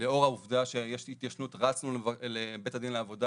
לאור העובדה שיש התיישנות רצנו לבית הדין לעבודה